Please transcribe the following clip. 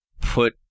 put